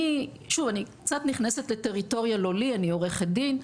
אני קצת נכנסת לטריטוריה לא לי, אני עורכת דין,